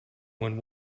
when